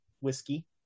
whiskey